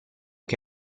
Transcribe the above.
che